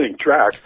track